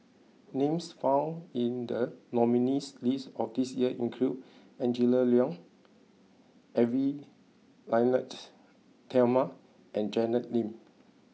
names found in the nominees' list of this year include Angela Liong Edwy Lyonet Talma and Janet Lim